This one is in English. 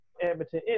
Everton